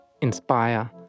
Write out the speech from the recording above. inspire